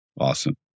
Awesome